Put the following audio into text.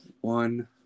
one